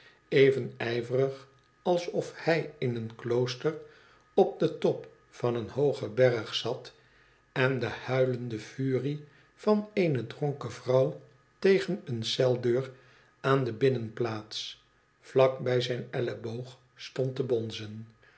even ijverig alsof hij in een klooster op den top van een hoogen berg zat en de huilende furie van eene dronken vrouw tegen eene celdeur aan de bmnenplaats vlak bij zijn elleboog stond te bonzen